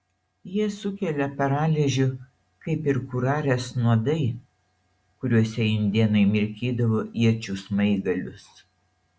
jie sukelia paralyžių kaip ir kurarės nuodai kuriuose indėnai mirkydavo iečių smaigalius